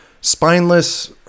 spineless